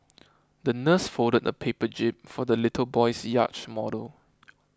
the nurse folded a paper jib for the little boy's yacht model